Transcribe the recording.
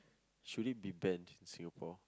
should it be ban in Singapore